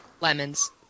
Lemons